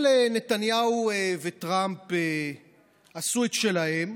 אבל נתניהו וטראמפ עשו את שלהם,